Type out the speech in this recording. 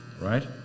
right